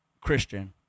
Christian